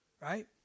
right